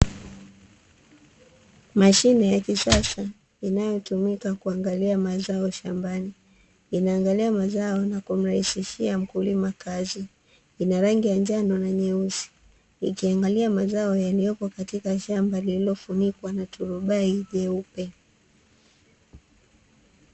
Mashine ya kisasa inayotumika kuangalia mazao shambani, inaangalia mazao na kumrahisishia mkulima kazi, ina rangi ya njano na nyeusi, ikiangalia mazao yaliyoko katika shamba lililofunikwa na turubai jeupe.